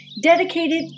dedicated